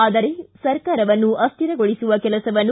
ಆದರೆ ಸರ್ಕಾರವನ್ನು ಅಶ್ವಿರಗೊಳಿಸುವ ಕೆಲಸವನ್ನು